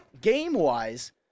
Game-wise